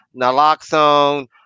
naloxone